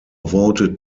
voted